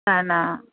न न